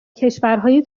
کشورهای